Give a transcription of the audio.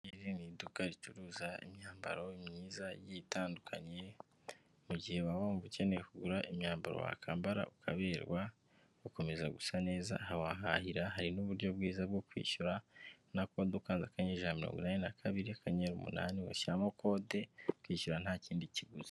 Iri ni iduka ricuruza imyambaro myiza igiye yitandukanye, mu gihe waba wumva ukeneye kugura imyambaro wakwambara ukaberwa, ugakomeza gusa neza aha wahahahira, hari n'uburyo bwiza bwo kwishyura na kode ukanze akanyenyeri ijana na mirongo inani na kabiri, akanyenyeri umunani, ugashyiramo kode, ukishyura nta kindi kiguzi.